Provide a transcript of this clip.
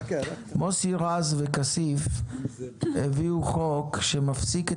מוסי רז וכסיף הביאו חוק שמפסיק את